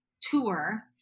tour